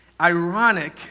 ironic